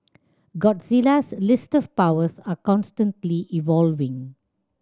Godzilla's list of powers are constantly evolving